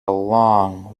long